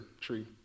tree